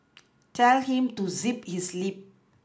tell him to zip his lip